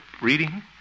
reading